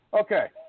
Okay